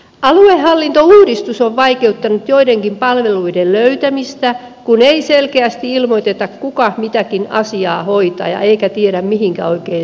aluehallintouudistus on vaikeuttanut joidenkin palveluiden löytämistä kun ei selkeästi ilmoiteta kuka mitäkin asiaa hoitaa eikä tiedä mihinkä oikein soittaisi